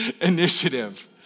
initiative